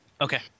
Okay